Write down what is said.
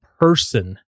person